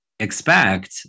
expect